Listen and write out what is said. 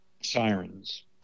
Sirens